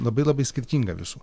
labai labai skirtinga visų